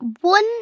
one